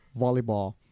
volleyball